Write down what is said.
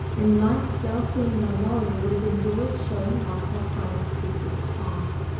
in life, delphine lalaurie would have enjoyed showing off her prized pieces of art.